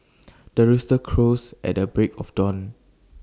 the rooster crows at the break of dawn